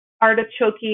artichoke